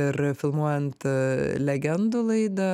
ir filmuojant legendų laidą